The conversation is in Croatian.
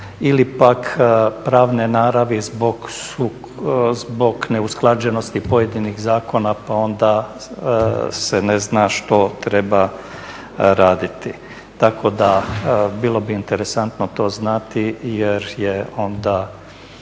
ili pak pravne naravi zbog neusklađenosti pojedinih zakona pa onda se ne zna što treba raditi? Tako da, bilo bi interesantno to znati jer je onda